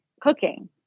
cooking